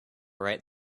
right